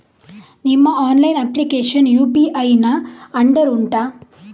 ನಿಮ್ಮ online application UPI ನ under ಉಂಟಾ